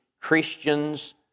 Christians